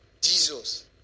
Jesus